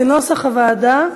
כנוסח הוועדה,